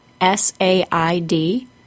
S-A-I-D